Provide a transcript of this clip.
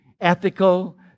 ethical